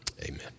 Amen